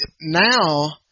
now